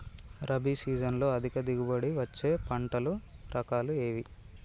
రబీ సీజన్లో అధిక దిగుబడి వచ్చే పంటల రకాలు ఏవి?